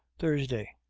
thursday,